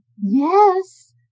Yes